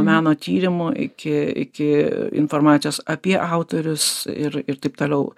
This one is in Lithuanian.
meno tyrimų iki iki informacijos apie autorius ir ir taip toliau